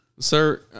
Sir